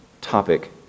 topic